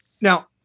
Now